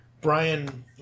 Brian